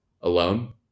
alone